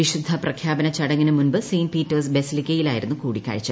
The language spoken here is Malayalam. വിശുദ്ധപ്രഖ്യാപന ചടങ്ങിനു മുമ്പ് സെന്റ് പീറ്റേഴ്സ് ബസിലിക്കയിലായിരുന്നും കൂടിക്കാഴ്ച